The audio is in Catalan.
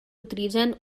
utilitzen